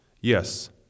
Yes